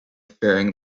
fearing